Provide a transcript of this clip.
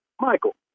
Michael